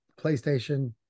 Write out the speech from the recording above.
PlayStation